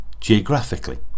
geographically